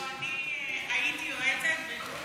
לא, אני הייתי היועצת.